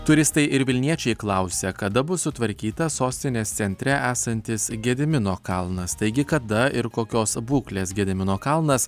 turistai ir vilniečiai klausia kada bus sutvarkytas sostinės centre esantis gedimino kalnas taigi kada ir kokios būklės gedimino kalnas